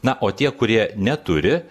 na o tie kurie neturi